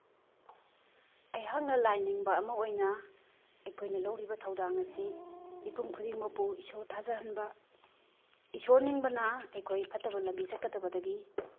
ꯑꯩꯍꯥꯛꯅ ꯂꯥꯏꯅꯤꯡꯕ ꯑꯃ ꯑꯣꯏꯅ ꯑꯩꯈꯣꯏꯅ ꯂꯧꯔꯤꯕ ꯊꯧꯗꯥꯡ ꯑꯁꯤ ꯃꯤꯄꯨꯝ ꯈꯨꯗꯤꯡꯃꯛꯄꯨ ꯏꯁꯣꯔ ꯊꯥꯖꯍꯟꯕ ꯏꯁꯣꯔ ꯅꯤꯡꯕꯅ ꯑꯩꯈꯣꯏ ꯐꯠꯇꯕ ꯂꯝꯕꯤ ꯆꯠꯀꯗꯕꯗꯒꯤ